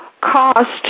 cost